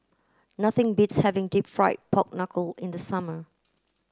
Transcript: nothing beats having deep fried pork knuckle in the summer